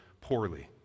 poorly